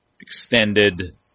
extended